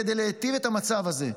כדי להטיב את המצב הזה,